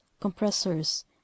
compressors